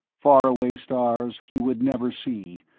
faraway stars he would never see,